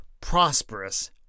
prosperous